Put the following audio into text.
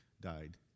died